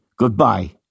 Goodbye